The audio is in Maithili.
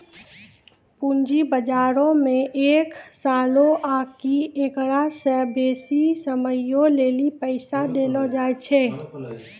पूंजी बजारो मे एक सालो आकि एकरा से बेसी समयो लेली पैसा देलो जाय छै